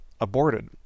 aborted